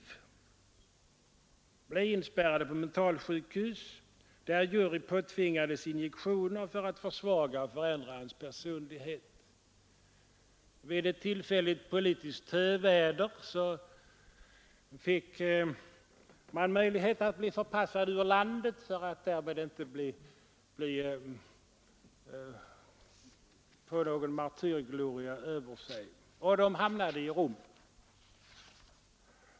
De blev inspärrade på mentalsjukhus, där man påtvingade Jurij injektioner för att försvaga och förändra hans personlighet. Vid ett tillfälligt politiskt töväder fick de möjlighet att bli förpassade ur landet för att undgå martyrglorian, och de hamnade i Rom.